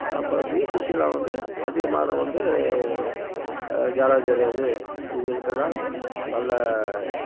அப்புறம் பீ சுசிலா வந்து அதே மாதிரி வந்து சரோஜா தேவி இவங்களுக்கெல்லாம் நல்ல